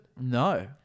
No